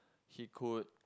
he could